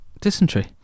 dysentery